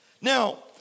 Now